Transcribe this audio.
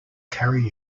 carry